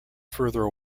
further